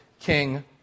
king